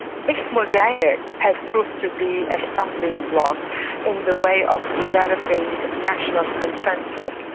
this mosaic has proved to be a stumbling block in the way of developing national consensus.